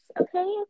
Okay